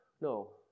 No